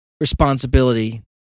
responsibility